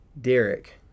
Derek